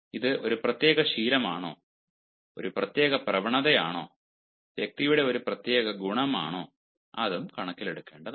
ഇത് ഒരു പ്രത്യേക ശീലമാണോ ഒരു പ്രത്യേക പ്രവണതയാണോ വ്യക്തിയുടെ ഒരു പ്രത്യേക ഗുണമാണോ അതും കണക്കിലെടുക്കേണ്ടതാണ്